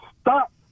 stop